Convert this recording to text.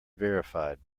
verified